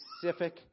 specific